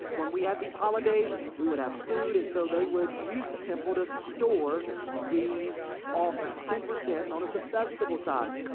when we have these holidays, we would have food. and so they would use the temple to store these offerings. ten percent known as the festival tithe.